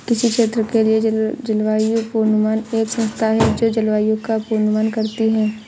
किसी क्षेत्र के लिए जलवायु पूर्वानुमान एक संस्था है जो जलवायु का पूर्वानुमान करती है